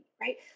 right